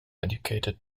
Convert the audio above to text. educated